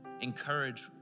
encourage